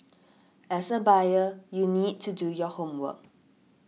as a buyer you need to do your homework